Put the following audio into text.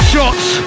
Shots